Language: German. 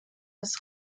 des